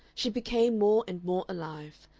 she became more and more alive,